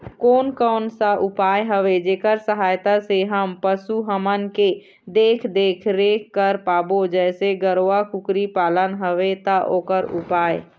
कोन कौन सा उपाय हवे जेकर सहायता से हम पशु हमन के देख देख रेख कर पाबो जैसे गरवा कुकरी पालना हवे ता ओकर उपाय?